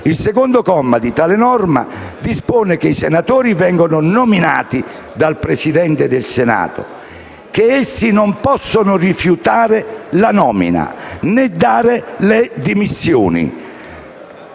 il punto delicato, dispone che i Senatori sono nominati dal Presidente del Senato e che essi «non possono rifiutare la nomina, né dare le dimissioni».